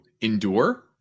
endure